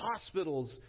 hospitals